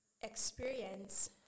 experience